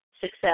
success